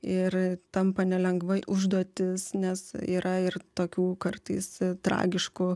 ir tampa nelengva užduotis nes yra ir tokių kartais tragiškų